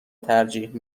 ترجیح